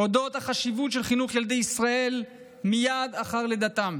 על אודות החשיבות של חינוך ילדי ישראל מייד אחר לידתם,